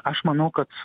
aš manau kad